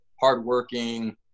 hardworking